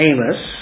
Amos